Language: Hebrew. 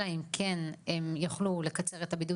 אלא אם כן הם יוכלו לקצר את הבידוד